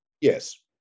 yes